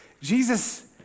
Jesus